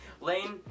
Lane